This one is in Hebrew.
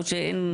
או שאין?